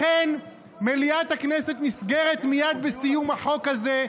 לכן מליאת הכנסת נסגרת מייד בסיום החוק הזה,